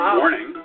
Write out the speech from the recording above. morning